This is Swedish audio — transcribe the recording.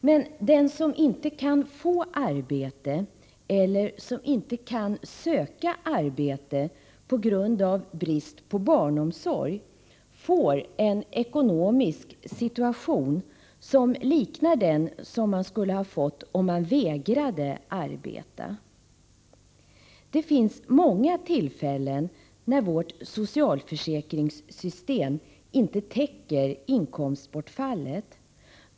Men den som inte kan få arbete eller som inte kan söka arbete på grund av brist på barnomsorg får en ekonomisk situation som liknar den som man skulle ha fått om man vägrade att arbeta. Det finns många tillfällen då vårt socialförsäkringssystem inte täcker inkomstbortfallet.